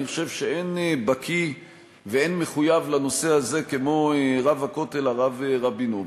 אני חושב שאין בקי ואין מחויב לנושא הזה כמו רב הכותל הרב רבינוביץ.